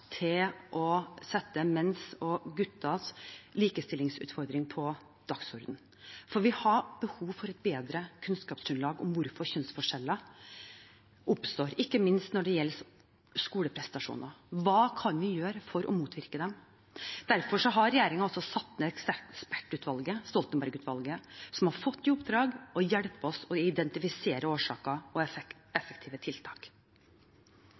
til å sette menns og gutters likestillingsutfordringer på dagsordenen, for vi har behov for et bedre kunnskapsgrunnlag om hvorfor kjønnsforskjeller oppstår, ikke minst når det gjelder skoleprestasjoner, og hva kan vi gjøre for å motvirke dem. Derfor har regjeringen satt ned et ekspertutvalg, Stoltenberg-utvalget, som har fått i oppdrag å hjelpe oss å identifisere årsaker og effektive tiltak.